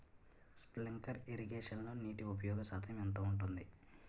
Sprinkler ఇరగేషన్లో నీటి ఉపయోగ శాతం ఎంత ఉంటుంది?